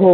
हो